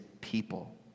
people